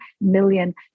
million